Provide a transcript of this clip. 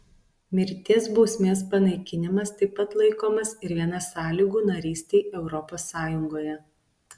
mirties bausmės panaikinimas taip pat laikomas ir viena sąlygų narystei europos sąjungoje